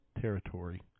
territory